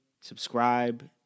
Subscribe